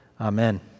Amen